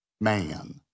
man